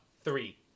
Three